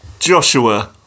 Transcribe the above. Joshua